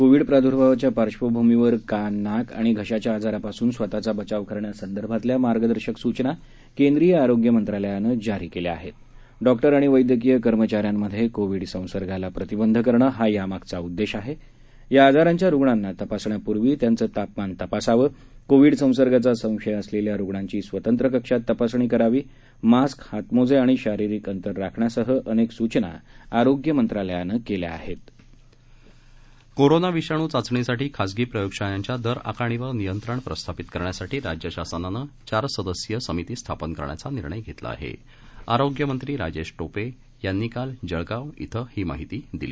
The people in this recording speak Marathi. कोविड प्रादूर्भावाच्या पार्शंभूमीवर कान नाक आणि घशाच्या आजारापासुन स्वतःचा बचाव करण्यासंदर्भातल्या मार्गदर्शक सुचना केंद्रीय आरोग्य मंत्रालयान जिरी कळ्या आहस्ती डॉक्टर आणि वैद्यकीय कर्मचाऱ्यांमध्य क्रोविड संसर्गाला प्रतिबंध करणं हा या मागचा उद्दष्टी आहा प्रा आजारांच्या रुग्णांना तपासण्यापूर्वी त्यांचं तापमान तपासावं कोविड संसर्गाचा संशय असलच्या रुग्णांची स्वतंत्र कक्षात तपासणी करावी मास्क हातमोजआणि शारीरिक अंतर राखण्यासह अनक्क सूचना आरोग्य मंत्रालयानं केल्या आहक कोरोना विषाणू चाचणीसाठी खासगी प्रयोगशाळांच्या दर आकारणीवर नियंत्रण प्रस्थापित करण्यासाठी राज्य शासनानं चार सदस्यीय समिती स्थापन करण्याचा निर्णय घस्त्रीा आहाआरोग्य मंत्री राजधीटोपखिनी काल जळगाव इथं ही माहिती दिली